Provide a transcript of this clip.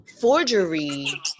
Forgery